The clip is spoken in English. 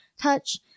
touch